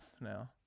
now